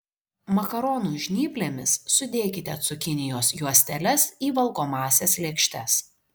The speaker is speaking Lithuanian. makaronų žnyplėmis sudėkite cukinijos juosteles į valgomąsias lėkštes